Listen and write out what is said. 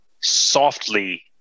softly